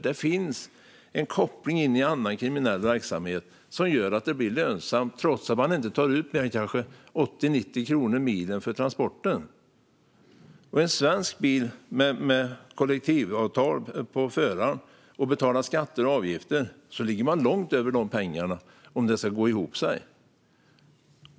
Det finns en koppling till annan kriminell verksamhet som gör att det blir lönsamt trots att man inte tar ut mer än kanske 80-90 kronor milen för transporten. För en svensk bil, där föraren har kollektivavtal och där skatter och avgifter betalas, ligger kostnaden långt över de pengarna om det ska gå ihop.